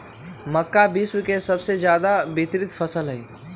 मक्का विश्व के सबसे ज्यादा वितरित फसल हई